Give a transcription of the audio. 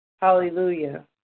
Hallelujah